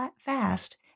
fast